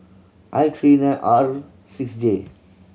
I three nine R six J